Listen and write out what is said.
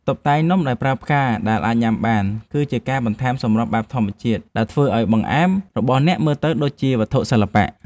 តុបតែងនំដោយប្រើផ្កាដែលអាចញ៉ាំបាន គឺជាការបន្ថែមសម្រស់បែបធម្មជាតិដែលធ្វើឱ្យបង្អែមរបស់អ្នកមើលទៅដូចជាវត្ថុសិល្បៈ។